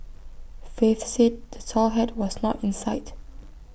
faith said the tall hat was not in sight